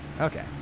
Okay